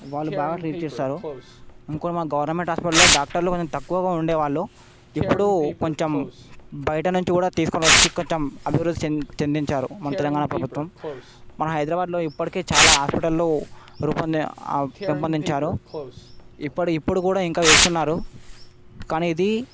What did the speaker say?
వాళ్ళు బాగా ట్రీట్ చేస్తారు ఇంకోటి మన గవర్నమెంట్ హాస్పిటల్లో డాక్టర్లు కొంచెం తక్కువగా ఉండేవాళ్ళు ఇప్పుడు కొంచెం బయట నుంచి కూడా తీసుకొని వచ్చి కొంచెం అభివృద్ధి చెందించి చెందించారు మన తెలంగాణ ప్రభుత్వం మన హైదరాబాద్లో ఇప్పటికి చాలా హాస్పిటల్లు రూపొందిం పెంపొందించారు ఇప్పటి ఇప్పుడు కూడా ఇంకా చేస్తున్నారు కానీ ఇది